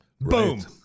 Boom